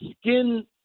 skin